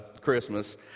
Christmas